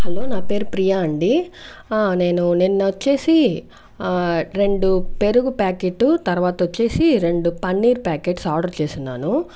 hello నా పేరు ప్రియా అండి నేను నిన్న వచ్చేసి రెండు పెరుగు ప్యాకెటు తర్వాత వచ్చేసి రెండు పన్నీర్ ప్యాకెట్స్ ఆర్డర్ చేసి ఉన్నాను